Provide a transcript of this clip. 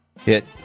hit